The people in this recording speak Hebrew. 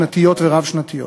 שנתיות ורב-שנתיות.